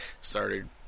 started